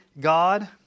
God